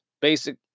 Basic